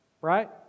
right